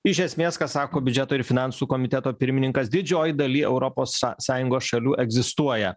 iš esmės ką sako biudžeto ir finansų komiteto pirmininkas didžioji daly europos sąjungos šalių egzistuoja